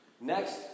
Next